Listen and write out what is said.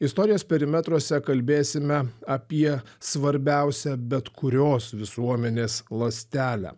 istorijos perimetruose kalbėsime apie svarbiausią bet kurios visuomenės ląstelę